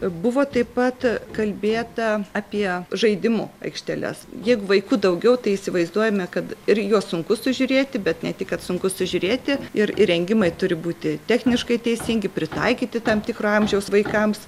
buvo taip pat kalbėta apie žaidimų aikšteles jeigu vaikų daugiau tai įsivaizduojame kad ir juos sunku sužiūrėti bet ne tik kad sunku sužiūrėti ir įrengimai turi būti techniškai teisingi pritaikyti tam tikro amžiaus vaikams